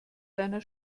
deiner